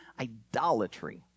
idolatry